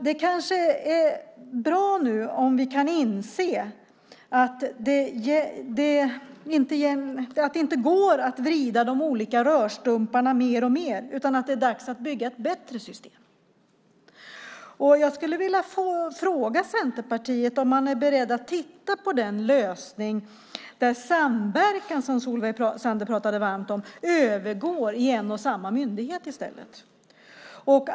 Det kanske är bra om vi kan inse att det inte går att vrida de olika rörstumparna mer och mer, utan att det är dags att bygga ett bättre system. Jag skulle vilja fråga Centerpartiet om man är beredd att titta på den lösning där samverkan, som Solveig Zander pratade varmt om, övergår i en och samma myndighet i stället.